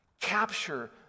capture